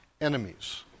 enemies